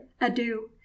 adieu